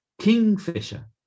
kingfisher